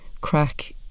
crack